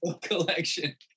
collection